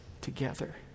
together